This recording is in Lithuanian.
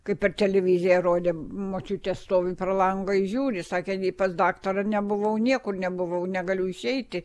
kaip per televiziją rodė močiutė stovi pro langą ir žiūri sakė nei pas daktarą nebuvau niekur nebuvau negaliu išeiti